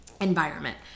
environment